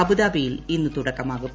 അബുദാബിയിൽ ഇന്ന് തുടക്കമാകും